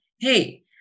hey